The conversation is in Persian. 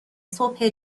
صبح